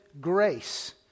grace